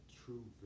true